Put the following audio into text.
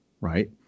right